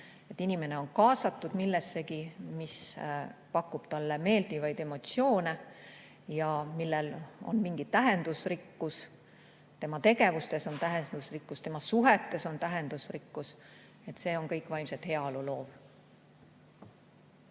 Inimene on siis kaasatud millessegi, mis pakub talle meeldivaid emotsioone ja millel on mingi tähendusrikkus: tema tegevustes on tähendusrikkus, tema suhetes on tähendusrikkus. See kõik loob vaimset heaolu.